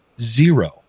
zero